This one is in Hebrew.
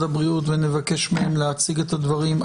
הבריאות ונבקש מהם להציג את הדברים.